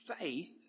Faith